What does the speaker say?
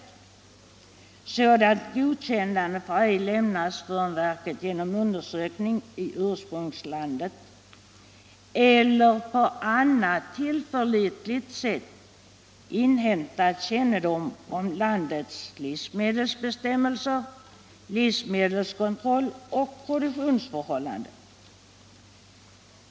Sådant godkännande får ej meddelas förrän verket genom undersökning i ursprungslandet eller på annat tillförlitligt sätt inhämtat kännedom om landets livsmedelsbestämmelser, livsmedelskontroll och produktionsförhållanden.